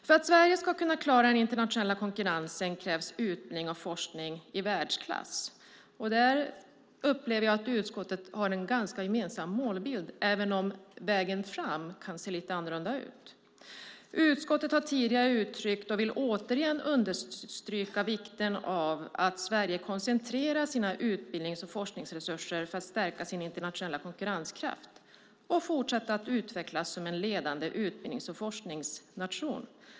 För att Sverige ska kunna klara den internationella konkurrensen krävs utbildning och forskning i världsklass. Där upplever jag att utskottet har en ganska gemensam målbild, även om vägen dit kan se lite annorlunda ut. Utskottet har tidigare uttryckt och vill återigen understryka vikten av att Sverige koncentrerar sina utbildnings och forskningsresurser för att stärka sin internationella konkurrenskraft och fortsätta att utvecklas som en ledande utbildnings och forskningsnation.